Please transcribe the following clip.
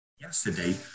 yesterday